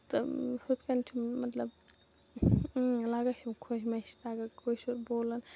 تہٕ ہُتھ کٔنۍ چھُم مطلب ٲں لَگان چھُم خۄش مےٚ چھُ تَگان کٲشُر بولُن